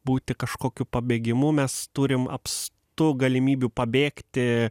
būti kažkokiu pabėgimu mes turim apstu galimybių pabėgti